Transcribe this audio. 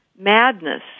madness